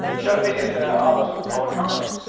sure, this is ah aalto's own house,